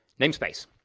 namespace